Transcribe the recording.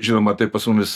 žinoma tai pas mumis